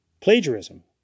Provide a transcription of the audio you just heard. plagiarism